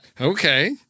okay